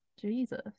Jesus